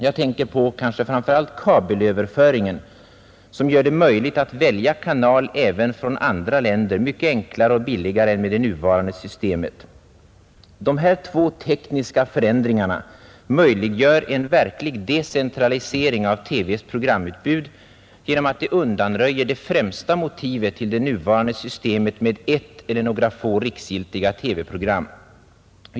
Jag tänker kanske framför allt på kabelöverföringen som gör det möjligt att välja kanal även från andra länder mycket enklare och billigare än med det nuvarande systemet. Dessa två tekniska förändringar möjliggör en verklig decentralisering av TV:s programutbud genom att de undanröjer det främsta motivet till det nuvarande systemet med ett eller några få riksgiltiga TV-program.